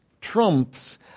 trumps